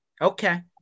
Okay